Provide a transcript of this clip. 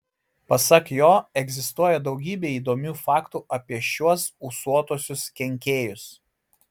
pasak jo egzistuoja daugybė įdomių faktų apie šiuos ūsuotuosius kenkėjus